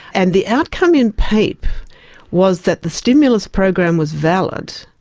and the outcome in pape was that the stimulus program was valid,